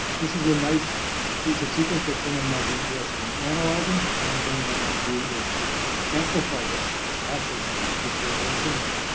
this is a nice piece of sequence that someone might be interested in analyzing. one thing you might want to do is to amplify this, assay something to see if there are variants in there.